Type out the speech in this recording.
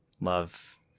Love